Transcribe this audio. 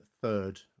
third